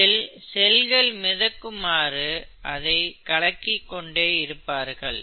இதில் செல்கள் மிதக்குமாறு அதை கலக்கிக் கொண்டே இருப்பார்கள்